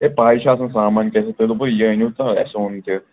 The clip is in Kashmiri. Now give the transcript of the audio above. ہے پَے چھِ آسان سامان کیٛاہ چھِ تۅہہِ دوٚپُتھ یہِ أنِو تہٕ اَسہِ اوٚن تہِ